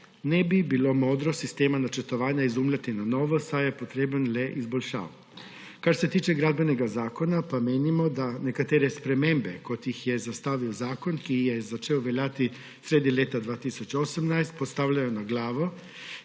Ne bi bilo modro sistema načrtovanja izumljati na novo, saj je potreben le izboljšav. Kar se tiče gradbenega zakona, pa menimo, da nekatere spremembe, kot jih je zastavil zakon, ki je začel veljati sredi leta 2018, postavljajo na glavo